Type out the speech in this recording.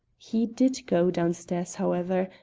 he did go down stairs, however,